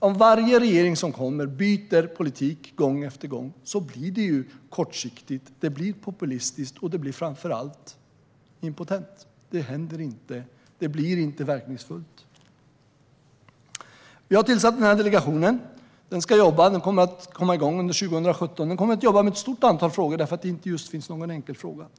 Om varje ny regering som kommer byter politik gång efter gång blir det ju kortsiktigt. Det blir populistiskt. Det blir framför allt impotent. Det händer ingenting. Det blir inte verkningsfullt. Jag har tillsatt delegationen som kommer att komma igång under 2017. Den kommer att jobba med ett stort antal frågor, just eftersom det inte finns någon enskild lösning att jobba med.